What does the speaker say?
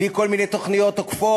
בלי כל מיני תוכניות עוקפות.